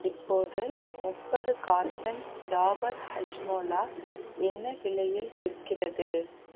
இப்போது முப்பது கார்ட்டன் டாபர் ஹஸ்மோலா என்ன விலையில் விற்கிறது